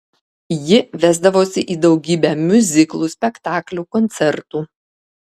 ji vesdavosi į daugybę miuziklų spektaklių koncertų